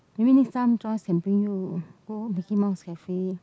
maybe next time Joyce can bring you go Mickey Mouse cafe